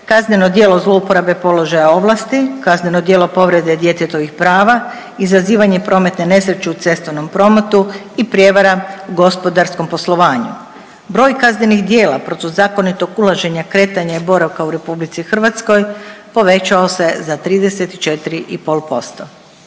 kazneno djelo zlouporabe položaja ovlasti, kazneno djelo povrede djetetovih prava, izazivanje prometne nesreće u cestovnom prometu i prijevara u gospodarskom poslovanju. Broj kaznenih djela protuzakonitog ulaženja kretanja i boravka u Republici Hrvatskoj povećao se za 34